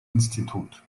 institut